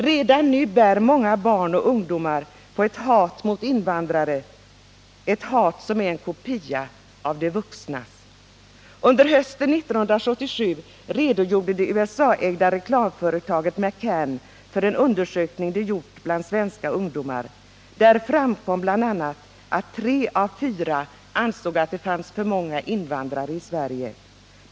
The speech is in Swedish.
Redan nu bär många barn och ungdomar på ett hat mot invandrare, som är en kopia av de vuxnas. Under hösten 1977 redogjorde det USA-ägda reklamföretaget McCann för en undersökning som företaget gjort bland svenska ungdomar. Där framkom bl.a. att tre av fyra ansåg att det fanns för många invandrare i Sverige.